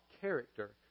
character